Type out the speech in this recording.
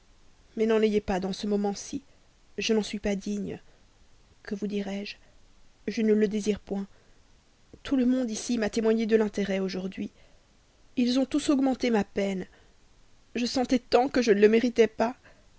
mais n'en ayez pas dans ce moment-ci je n'en suis pas digne que vous dirai-je je ne le désire point tout le monde ici m'a témoigné de l'intérêt aujourd'hui ils ont tous augmenté ma peine je sentais tant que je ne le méritais pas